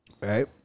Right